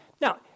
Now